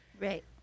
Right